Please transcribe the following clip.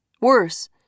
Worse